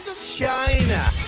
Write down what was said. China